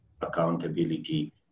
accountability